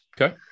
Okay